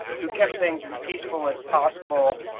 who kept things as peaceful as possible,